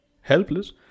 helpless